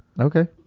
Okay